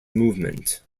movement